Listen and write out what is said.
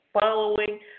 following